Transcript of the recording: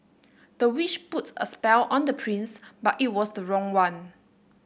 the witch put a spell on the prince but it was the wrong one